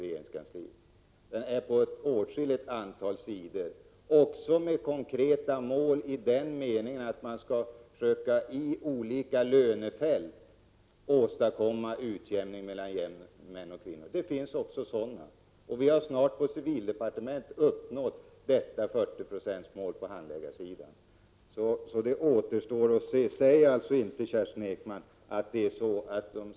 Planen är på åtskilligt antal sidor, och där finns också konkreta mål i den meningen att man i olika lönefält skall försöka åstadkomma utjämning mellan män och kvinnor. Vi har snart inom civildepartementet uppnått 40-procentsmålet inom hela gruppen på handläggarsidan.